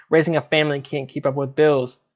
raising a family, can't keep up with bills.